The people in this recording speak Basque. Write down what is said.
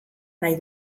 nahi